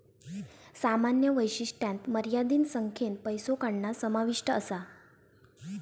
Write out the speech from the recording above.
सामान्य वैशिष्ट्यांत मर्यादित संख्येन पैसो काढणा समाविष्ट असा